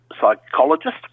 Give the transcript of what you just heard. psychologist